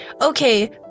Okay